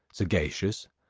sagacious,